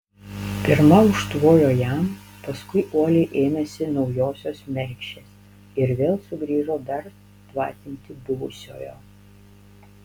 pirma užtvojo jam paskui uoliai ėmėsi naujosios mergšės ir vėl sugrįžo dar tvatinti buvusiojo